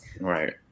Right